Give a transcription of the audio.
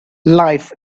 life